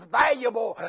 valuable